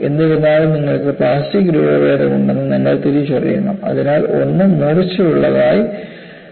എന്നിരുന്നാലും നിങ്ങൾക്ക് പ്ലാസ്റ്റിക് രൂപഭേദം ഉണ്ടെന്ന് നിങ്ങൾ തിരിച്ചറിയണം അതിനാൽ ഒന്നും മൂർച്ചയുള്ളതായി തുടരില്ല